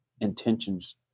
intentions